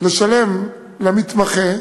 לשלם למתמחה